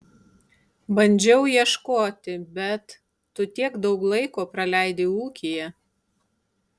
bandžiau ieškoti bet tu tiek daug laiko praleidi ūkyje